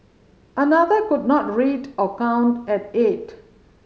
another could not read or count at eight